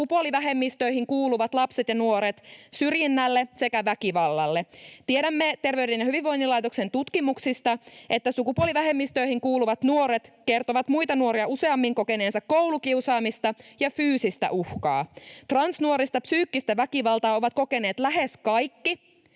sukupuolivähemmistöihin kuuluvat lapset ja nuoret syrjinnälle sekä väkivallalle. Tiedämme Terveyden ja hyvinvoinnin laitoksen tutkimuksista, että sukupuolivähemmistöihin kuuluvat nuoret kertovat muita nuoria useammin kokeneensa koulukiusaamista ja fyysistä uhkaa. Transnuorista psyykkistä väkivaltaa ovat kokeneet lähes kaikki